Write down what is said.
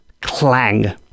clang